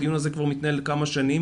הדיון הזה מתנהל כבר כמה שנים,